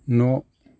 न'